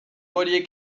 horiek